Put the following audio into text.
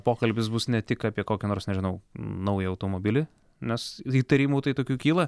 pokalbis bus ne tik apie kokį nors nežinau naują automobilį nes įtarimų tai tokių kyla